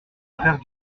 faire